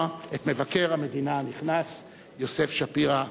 את מבקר המדינה הנכנס יוסף שפירא.